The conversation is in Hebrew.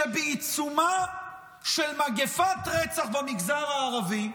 בעיצומה של מגפת רצח במגזר הערבי?